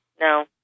no